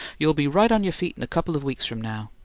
you'll be right on your feet in a couple of weeks from now.